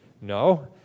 No